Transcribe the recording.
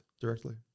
directly